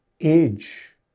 age